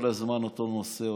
כל הזמן אותו נושא,